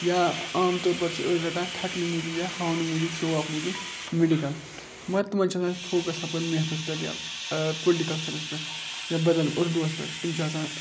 یا عام طور پَر چھِ أڑۍ رَٹان تھٮ۪کنہٕ موٗجوٗب یا ہاونہٕ موٗجوٗب شو آف موٗجوٗب میڈِکَل مگر تِمَن چھُ آسان فوکَس ہَپٲرۍ میتھَس پٮ۪ٹھ یا پُلٹِکَل ساینَس پٮ۪ٹھ یا بَدَل اُردوٗوَس پٮ۪ٹھ تِم چھِ آسان